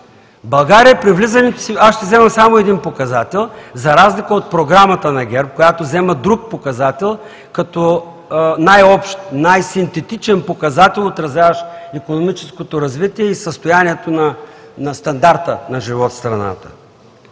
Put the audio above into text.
тази политика. Аз ще взема само един показател, за разлика от програмата на ГЕРБ, която взима друг показател, като най-общ, най-синтетичен показател, отразяващ икономическото развитие и състоянието на стандарта на живот в страната.